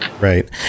Right